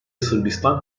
sırbistan